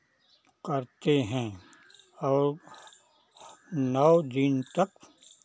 करते हैं और नौ दिन तक